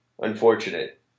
Unfortunate